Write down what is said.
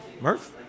Murph